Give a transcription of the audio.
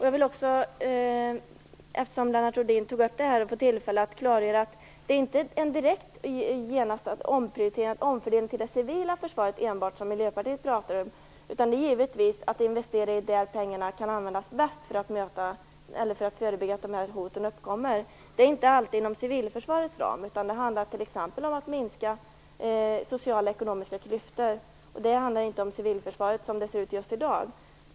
Jag vill ta tillfället i akt och klargöra att det inte handlar om att direkt överföra medel till det civila försvaret, utan det gäller givetvis att investera där pengarna kan användas bäst för att förebygga att hoten uppkommer. Det är inte alltid inom det civila försvarets ram, utan det handlar t.ex. om att minska sociala och ekonomiska klyftor. Det handlar inte om civilförsvaret så som det ser ut just i dag.